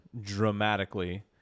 dramatically